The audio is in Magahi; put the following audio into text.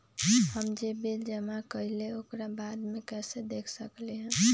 हम जे बिल जमा करईले ओकरा बाद में कैसे देख सकलि ह?